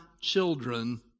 children